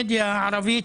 הערבית.